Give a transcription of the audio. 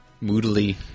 moodily